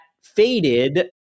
faded